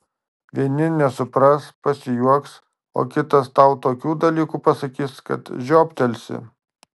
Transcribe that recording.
vieni nesupras pasijuoks o kitas tau tokių dalykų pasakys kad žioptelsi